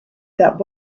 that